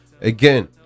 Again